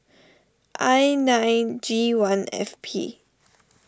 I nine G one F P